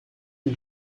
and